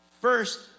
First